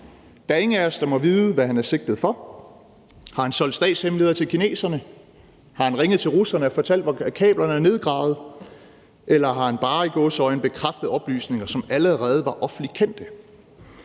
Der er ingen af os, der må vide, hvad han er sigtet for. Har han solgt statshemmeligheder til kineserne, har han ringet til russerne og fortalt, hvor kablerne er nedgravet? Eller har han – i gåseøjne – bare bekræftet oplysninger, som allerede var offentligt kendte?